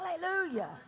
Hallelujah